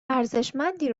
ارزشمندی